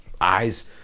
eyes